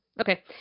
Okay